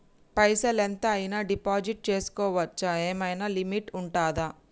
పైసల్ ఎంత అయినా డిపాజిట్ చేస్కోవచ్చా? ఏమైనా లిమిట్ ఉంటదా?